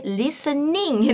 listening